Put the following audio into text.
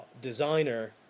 designer